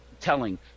telling